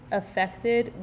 affected